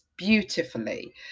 Beautifully